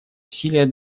усилия